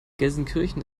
gelsenkirchen